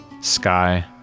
Sky